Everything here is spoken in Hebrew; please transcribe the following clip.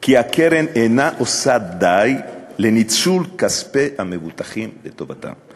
כי הקרן אינה עושה די לניצול כספי המבוטחים לטובתם.